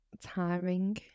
tiring